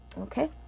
okay